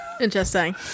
interesting